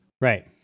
Right